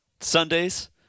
Sundays